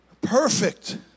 perfect